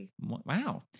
Wow